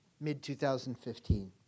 mid-2015